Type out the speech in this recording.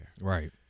Right